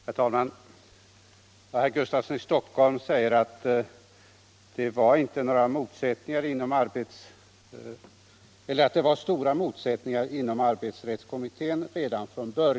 Herr talman! Herr Gustafsson i Stockholm säger att det redan från början var stora motsättningar inom arbetsrättskommittén.